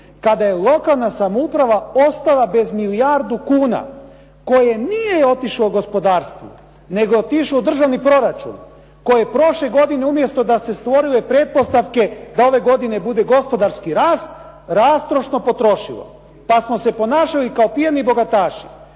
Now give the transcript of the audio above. kada je lokalna samouprava ostala bez milijardu kuna koje nije otišlo gospodarstvu, nego je otišlo u državni proračun, koji je prošle godine umjesto da se stvorile pretpostavke da ove godine bude gospodarski rast rastrošno potrošilo, kad smo se ponašali kao pijani bogataši.